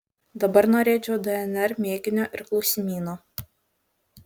dabar norėčiau dnr mėginio ir klausimyno